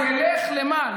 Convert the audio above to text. זה ילך למה,